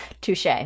Touche